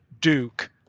Duke